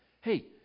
hey